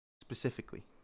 specifically